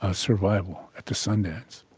ah survival at the sun dance.